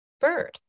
Bird